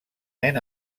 nen